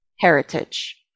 heritage